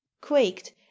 quaked